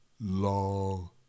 long